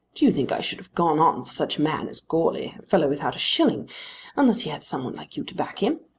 do you think i should have gone on for such a man as goarly a fellow without a shilling unless he had some one like you to back him?